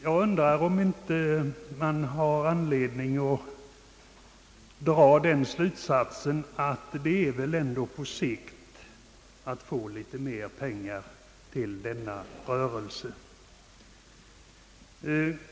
Jag undrar om man inte har anledning att dra den slutsatsen att det är för att få mer pengar till denna rörelse.